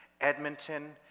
Edmonton